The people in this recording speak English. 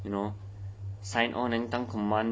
sign on and 当 commando ah all these